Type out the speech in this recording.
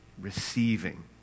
receiving